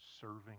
Serving